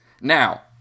Now